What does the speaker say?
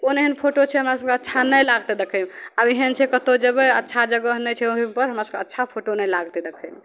कोन एहन फोटो छै हमरा सभकेँ अच्छा नहि लागतै देखयमे आब एहन छै कतहु जायबै अच्छा जगह नहि छै ओहिपर हमरा सभके फोटो अच्छा नहि लागतै देखयमे